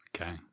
Okay